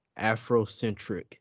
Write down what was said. Afrocentric